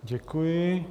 Děkuji.